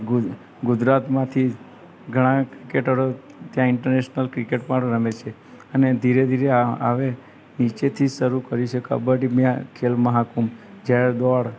ગુજરાતમાંથી જ ઘણા ક્રિકેટરો ત્યાં ઈન્ટરનેશનલ ક્રિકેટ પણ રમે છે અને ધીરે ધીરે આવે નીચેથી શરૂ કરી છે કબડ્ડી મેં આ ખેલ મહાકુંભ જ્યારે દોળ